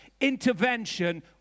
intervention